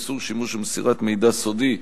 איסור שימוש ומסירת מידע סודי),